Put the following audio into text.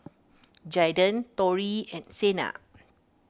Jaiden Torrie and Sena